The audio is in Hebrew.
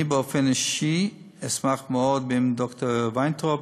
אני באופן אישי אשמח מאוד אם ד"ר ויינטראוב